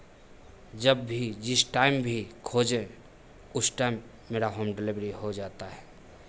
जब भी जिस टाइम भी खोजें उस टाइम मेरा होम डिलिवरी हो जाता है